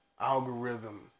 algorithm